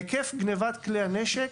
היקף גנבת כלי הנשק,